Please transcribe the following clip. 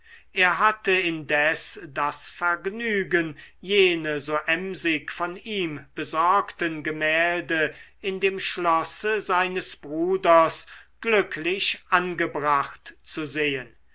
er hatte indes das vergnügen jene so emsig von ihm besorgten gemälde in dem schlosse seines bruders glücklich angebracht zu sehen